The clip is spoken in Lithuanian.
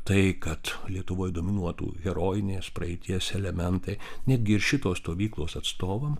tai kad lietuvoj dominuotų herojinės praeities elementai netgi ir šitos stovyklos atstovam